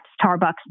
Starbucks